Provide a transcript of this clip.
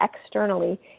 externally